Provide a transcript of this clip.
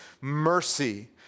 Mercy